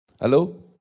Hello